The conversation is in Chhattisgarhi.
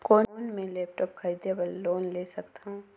कौन मैं लेपटॉप खरीदे बर लोन ले सकथव?